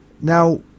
Now